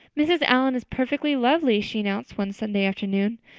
mrs. allan is perfectly lovely, she announced one sunday afternoon.